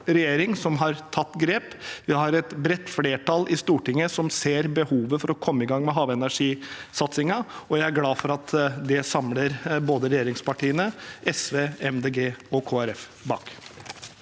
som har tatt grep. Vi har et bredt flertall i Stortinget som ser behovet for å komme i gang med havenergisatsingen, og jeg er glad for at både regjeringspartiene, SV, Miljøpartiet